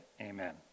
Amen